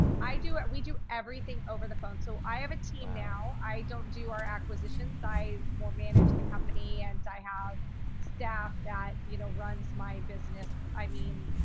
i do it, we do everything over the phone. so i have a team now. i don't do our acquisitions. i more manage the company and i have staff that you know runs my business. i mean,